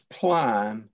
plan